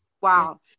Wow